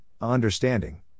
understanding